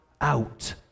out